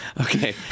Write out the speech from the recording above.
Okay